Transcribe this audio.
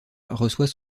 reçoit